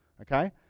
Okay